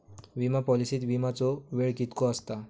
विमा पॉलिसीत विमाचो वेळ कीतको आसता?